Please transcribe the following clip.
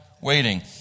waiting